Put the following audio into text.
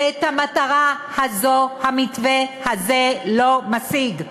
ואת המטרה הזאת המתווה הזה לא משיג.